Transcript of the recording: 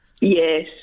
Yes